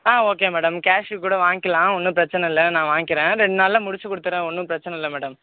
okay madam cash கூட வாங்கிக்கலாம் ஒன்றும் பிரச்சனை இல்லை நான் வாங்கிக்கிறேன் ரெண்டுநாள்ல முடிச்சுக் கொடுத்துர்றன் ஒன்றும் பிரச்சனை இல்லை மேடம்